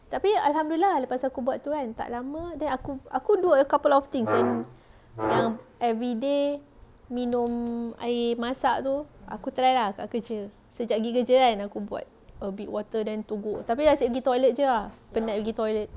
tapi alhamdulillah lepas aku buat tu kan tak lama then aku do a couple of things yang everyday minum air masak tu aku try ah kat kerja sejak gi kerja kan aku buat a bit water then togok tapi asyik pergi toilet jer ah penat gi toilet